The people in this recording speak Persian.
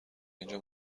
اینجا